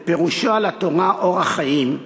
בפירושו על התורה "אור החיים",